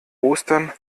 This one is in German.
ostern